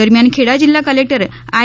દરમ્યાન ખેડા જિલ્લા collector I